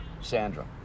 Sandra